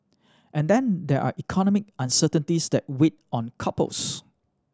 and then there are economic uncertainties that weigh on couples